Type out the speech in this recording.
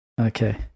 Okay